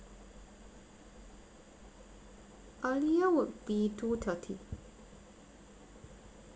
earlier would be two thirty